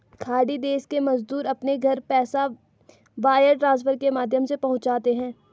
खाड़ी देश के मजदूर अपने घर पैसा वायर ट्रांसफर के माध्यम से पहुंचाते है